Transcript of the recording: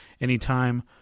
anytime